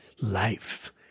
life